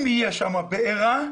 אם תהיה שם בערה,